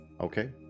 okay